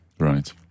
Right